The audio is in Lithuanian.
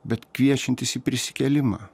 bet kviečiantis į prisikėlimą